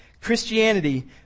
Christianity